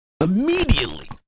immediately